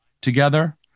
together